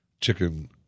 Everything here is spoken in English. Chicken